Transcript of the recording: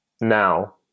now